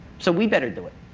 so we better do it.